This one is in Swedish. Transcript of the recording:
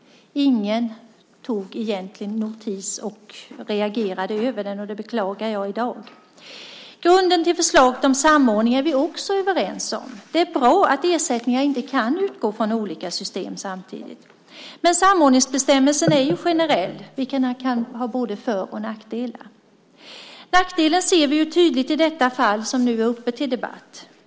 Ingen tog egentligen notis om den eller reagerade över den. Det beklagar jag i dag. Grunden till förslaget om samordning är vi också överens om. Det är bra att ersättningar inte kan utgå från olika system samtidigt. Samordningsbestämmelsen är dock generell, vilket kan ha både för och nackdelar. En nackdel ser vi tydligt i det fall som nu är uppe till debatt.